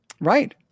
Right